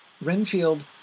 Renfield